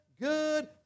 good